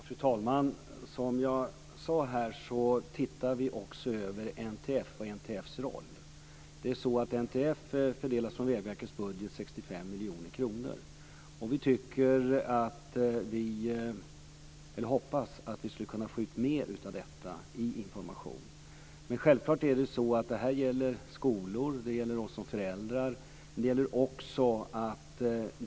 Fru talman! Vi ser också över NTF:s roll. NTF får 65 miljoner kronor från Vägverkets budget. Vi hoppas att vi skall få ut mer information. Detta gäller skolorna och oss som föräldrar.